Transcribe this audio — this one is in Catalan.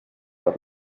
per